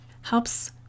helps